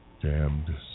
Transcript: damned